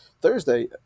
Thursday